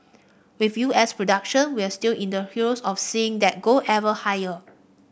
with U S production we're still in the throes of seeing that go ever higher